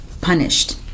punished